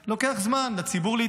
לציבור לוקח זמן להתרגל,